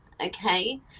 Okay